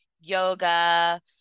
yoga